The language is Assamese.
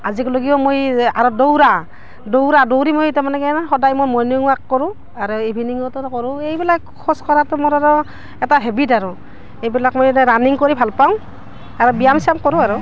আজিক লৈকেও মই আৰু দৌৰা দৌৰা দৌৰি মই তাৰ মানে কি সদায় মই মৰ্ণিং ওৱাক কৰোঁ আৰু ইভিনিঙতোতো কৰোঁ এইবিলাক খোজকঢ়াতো মোৰ আৰু এটা হেবিট আৰু এইবিলাক মই এটা ৰাণিং কৰি ভাল পাওঁ আৰু ব্যায়াম চিয়াম কৰোঁ আৰু